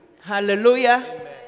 hallelujah